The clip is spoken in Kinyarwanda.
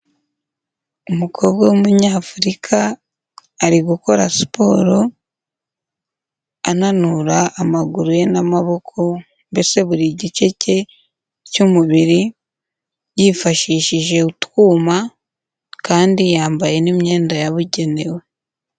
Umukobwa w'umunyafurika ari gukora siporo ananura amaguru ye n'amaboko, mbese buri gice cye cy'umubiri yifashishije utwuma, kandi yambaye n'imyenda yabugenewe.